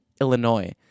Illinois